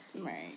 right